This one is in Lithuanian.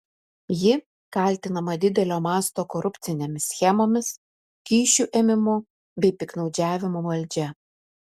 ji kaltinama didelio masto korupcinėmis schemomis kyšių ėmimu bei piktnaudžiavimu valdžia